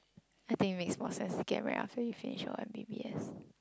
I think it make more sense to get married after you finish your M_B_B_S